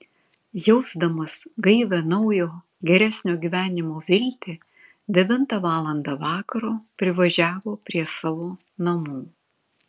jausdamas gaivią naujo geresnio gyvenimo viltį devintą valandą vakaro privažiavo prie savo namų